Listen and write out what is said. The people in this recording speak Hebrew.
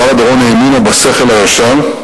שרה דורון האמינה בשכל הישר.